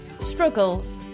struggles